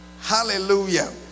hallelujah